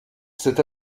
cette